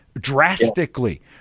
drastically